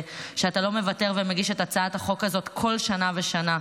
שאתה לא מוותר ומגיש את הצעת החוק הזאת כל שנה ושנה,